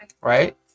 Right